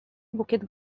bukiet